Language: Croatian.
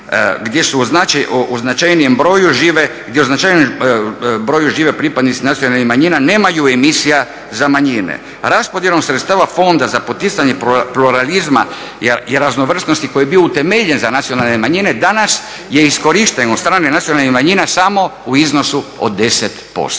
gdje u značajnijem broju žive pripadnici nacionalnih manjina nemaju emisija za manjine. Raspodjelom sredstava fonda za poticanje pluralizma i raznovrsnosti koji je bio utemeljen za nacionalne manjine danas je iskorišten od strane nacionalnih manjina samo u iznosu od 10%,